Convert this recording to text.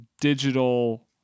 digital